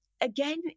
again